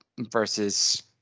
versus